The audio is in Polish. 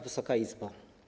Wysoka Izbo!